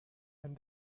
and